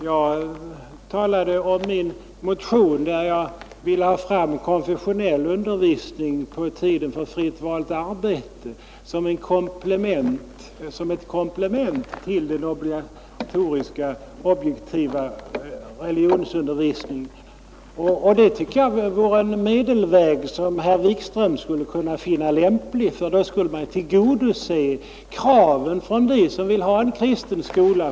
Jag talade om min motion där jag vill ha fram konfessionell undervisning på tiden för fritt valt arbete som ett komplement till den obligatoriska objektiva religionsundervisningen. Jag tycker att det vore en medelväg som herr Wikström skulle finna lämplig, ty på så sätt skulle man kunna tillgodose kravet från dem som vill ha en kristen skola.